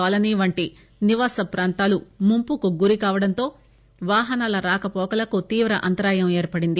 colony వంటి నివాస ప్రాంతాలు ముంపుకు గురవడంతో వాహనాల రాకపోకలకు తీవ్ర అంతరాయం ఏర్పడింది